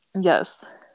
Yes